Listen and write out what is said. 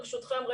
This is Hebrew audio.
ברשותכם,